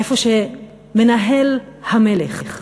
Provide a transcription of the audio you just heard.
איפה שמנהל המלך,